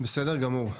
בסדר גמור.